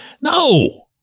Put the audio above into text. No